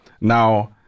Now